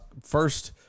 first